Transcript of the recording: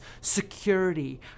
Security